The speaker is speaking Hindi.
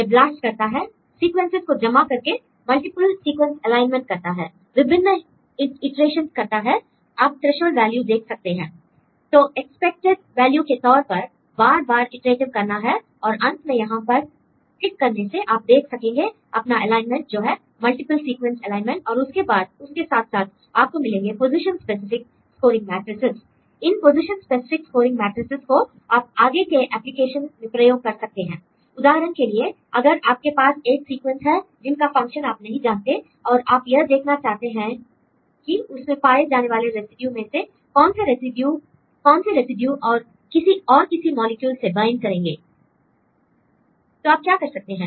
यह ब्लास्ट करता है l सीक्वेंसेस को जमा करके मल्टीप्ल सीक्वेंस एलाइनमेंट करता है l विभिन्न इटरेशन्स करता है l आप थ्रेशोल्ड वैल्यू देख सकते हैं l तो एक्सपेक्टेशन वैल्यू के तौर पर बार बार इटरेट् करना है और अंत में यहां पर क्लिक करने से आप देख सकेंगे अपना एलाइनमेंट जो है मल्टीप्ल सीक्वेंस एलाइनमेंट और इसके साथ साथ आपको मिलेंगे position specific scoring matrices l इन पोजीशन स्पेसिफिक स्कोरिंग मैट्रिसेस को आप आगे के एप्लीकेशन में प्रयोग कर सकते हैं l उदाहरण के लिए अगर आपके पास एक सीक्वेंस है जिसका फंक्शन आप नहीं जानते और आप यह देखना चाहते हैं कि इसमें पाए जाने वाले रेसिड्यू में से कौन से रेसिड्यू और किसी मॉलिक्यूल से बैंड करेंगे l तो आप क्या कर सकते हैं